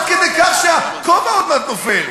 עד כדי כך שהכובע עוד מעט נופל?